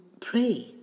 pray